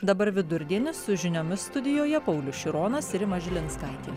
dabar vidurdienis su žiniomis studijoje paulius šironas ir rima žilinskaitė